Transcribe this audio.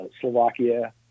Slovakia